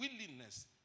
willingness